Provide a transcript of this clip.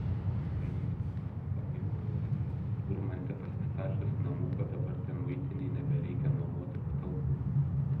praėjusių metų pabaigoje turmante pasistačius namuką dabar ten muitinei nebereikia nuomoti patalpų